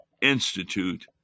Institute